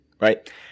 right